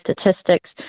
statistics